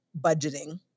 budgeting